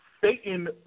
Satan